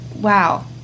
Wow